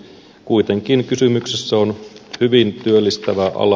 kuitenkin kysymyksessä on hyvin työllistävä ala